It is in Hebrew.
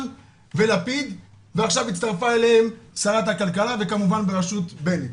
ולפיד ועכשיו הצטרפה אליהם שרת הכלכלה וכמובן ברשות בנט.